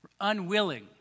unwilling